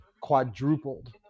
quadrupled